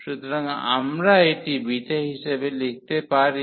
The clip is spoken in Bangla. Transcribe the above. সুতরাং আমরা এটি বিটা হিসাবে লিখতে পারি